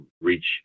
reach